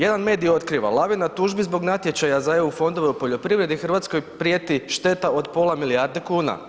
Jedan medij otkriva, lavina tužbi zbog natječaja za EU fondove u poljoprivredi, Hrvatskoj prijeti šteta od pola milijarde kuna.